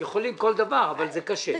יכולים כל דבר אבל זה קשה.